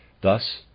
Thus